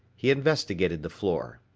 he investigated the floor.